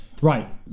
Right